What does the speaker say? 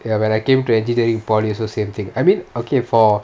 ya when I came to engineering during polytechnic also same thing I mean okay for